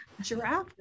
giraffe